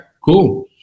cool